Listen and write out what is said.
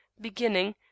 beginning